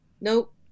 Nope